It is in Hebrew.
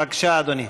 בבקשה, אדוני.